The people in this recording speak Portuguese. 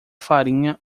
farinha